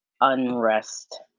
unrest